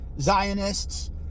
Zionists